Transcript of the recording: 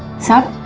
sir?